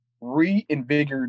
reinvigorated